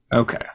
okay